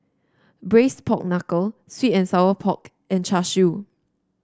Braised Pork Knuckle sweet and Sour Pork and Char Siu